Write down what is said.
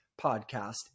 podcast